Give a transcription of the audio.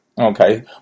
Okay